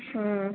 ಹ್ಞೂ